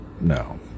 No